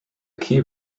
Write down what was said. key